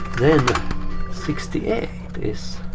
then sixty eight is.